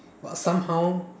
but somehow